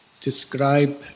describe